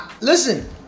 listen